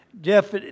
Jeff